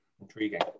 intriguing